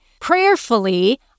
prayerfully